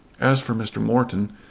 as for mr. morton,